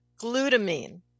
glutamine